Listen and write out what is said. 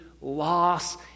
loss